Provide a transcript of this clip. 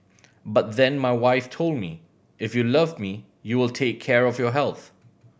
but then my wife told me if you love me you will take care of your health